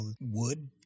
wood